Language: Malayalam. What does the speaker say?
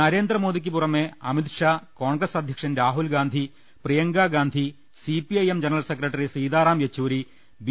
നരേന്ദ്രമോദിക്ക് പുറമെ അമിത്ഷാ കോൺഗ്രസ് അധ്യക്ഷൻ Rahul Gandhi Priyanka Gandhi CPIM general secretary Sitaram Yechury B